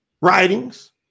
writings